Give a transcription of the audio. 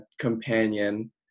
companion